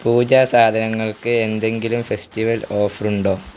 പൂജാ സാധനങ്ങൾക്ക് എന്തെങ്കിലും festival offer ഉണ്ടോ